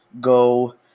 go